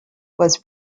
was